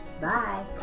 Bye